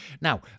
Now